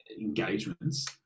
engagements